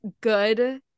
good-